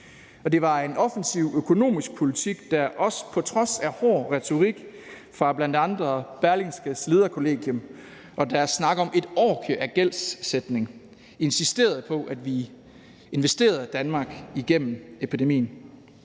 det var en offensiv økonomisk politik, der også på trods af hård retorik fra bl.a. Berlingskes lederkollegium og deres snak om et orgie af gældsætning insisterede på, at vi investerede Danmark gennem epidemien.